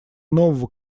нового